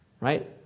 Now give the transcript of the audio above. Right